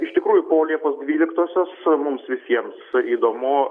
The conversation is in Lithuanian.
iš tikrųjų po liepos dvyliktosios mums visiems įdomu